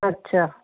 ਅੱਛਾ